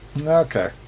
okay